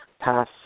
pass